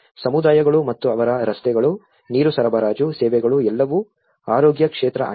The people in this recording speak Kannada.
ಸಮುದಾಯಗಳು ಮತ್ತು ಅವರ ರಸ್ತೆಗಳು ನೀರು ಸರಬರಾಜು ಸೇವೆಗಳು ಎಲ್ಲವೂ ಆರೋಗ್ಯ ಕ್ಷೇತ್ರ ಆಗಿದೆ